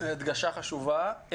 הדגשה חשובה.